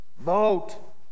Vote